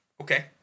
Okay